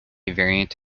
variant